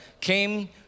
came